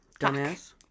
Dumbass